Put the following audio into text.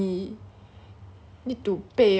when you have to learn the basics you have to try to